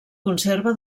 conserva